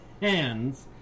hands